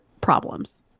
problems